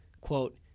quote